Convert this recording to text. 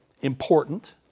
important